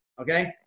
Okay